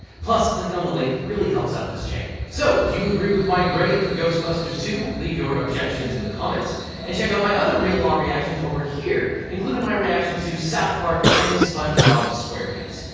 plus, clicking on the link really helps out this channel. so, do you agree with my grade for ghostbusters two? leave your objections in the comments and check out my other real law reactions over here, including my reaction to south park and spongebob squarepants.